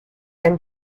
and